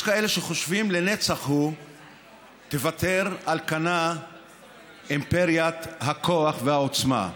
יש כאלה שחושבים שלנצח תיוותר על כנה אימפריית הכוח והעוצמה.